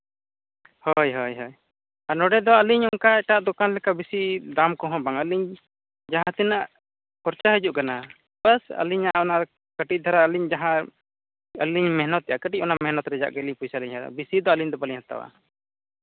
ᱦᱳᱭ ᱦᱳᱭ ᱟᱨ ᱱᱚᱰᱮ ᱫᱚ ᱟᱹᱞᱤᱧ ᱚᱱᱠᱟ ᱮᱴᱟᱜ ᱫᱚᱠᱟᱱ ᱞᱮᱠᱟ ᱵᱮᱹᱥᱤ ᱫᱟᱢ ᱠᱚᱦᱚᱸ ᱵᱟᱝᱼᱟ ᱟᱹᱞᱤᱧ ᱡᱟᱦᱟᱸ ᱛᱤᱱᱟᱹᱜ ᱠᱷᱚᱨᱪᱟ ᱦᱤᱡᱩᱜ ᱠᱟᱱᱟ ᱵᱟᱥ ᱟᱹᱞᱤᱧᱟᱜ ᱚᱱᱟ ᱠᱟᱹᱴᱤᱡ ᱫᱷᱟᱨᱟ ᱟᱹᱞᱤᱧ ᱚᱱᱟ ᱟᱹᱞᱤᱧ ᱢᱮᱦᱱᱚᱛᱚᱜᱼᱟ ᱠᱟᱹᱴᱤᱡ ᱚᱱᱟ ᱢᱮᱦᱱᱚᱛ ᱨᱮᱭᱟᱜ ᱜᱮᱞᱤᱧ ᱯᱚᱭᱥᱟ ᱞᱤᱧ ᱵᱮᱹᱥᱤ ᱫᱚ ᱟᱹᱞᱤᱧ ᱫ ᱵᱟᱹᱞᱤᱧ ᱦᱟᱛᱟᱣᱟ